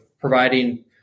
providing